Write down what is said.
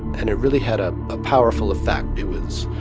and it really had a ah powerful effect. it was